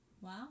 Wow